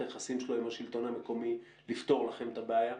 היחסים שלו עם השלטון המקומי לפתור לכם את הבעיה?